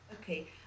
Okay